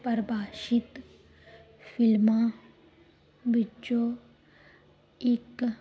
ਪਰਿਭਾਸ਼ਿਤ ਫ਼ਿਲਮਾਂ ਵਿੱਚੋਂ ਇੱਕ